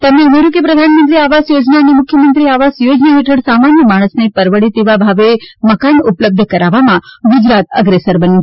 તેમણે ઉમેર્યું હતું કે પ્રધાનમંત્રી આવાસ યોજના અને મુખ્યમંત્રી આવાસ યોજના હેઠળ સામાન્ય માણસને પરવડે તેવા ભાવે મકાન ઉપલબ્ધ કરાવવામાં ગુજરાત અગ્રેસર બન્યું છે